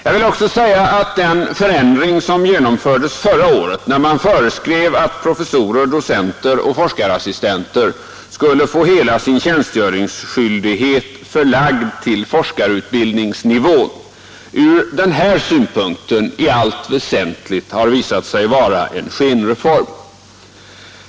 Jag vill också säga att den förändring som genomfördes förra året, när man föreskrev att professorer, docenter och forskarassistenter skulle få hela sin tjänstgöringsskyldighet förlagd till forskarutbildningsnivån, ur den här synpunkten i allt väsentligt har visat sig vara en skenreform.